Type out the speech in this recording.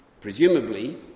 Presumably